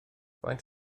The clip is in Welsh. faint